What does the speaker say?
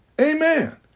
Amen